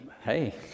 hey